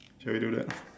shall we do that